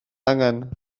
angen